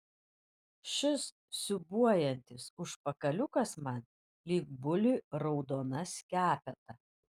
šis siūbuojantis užpakaliukas man lyg buliui raudona skepeta